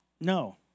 No